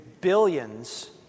billions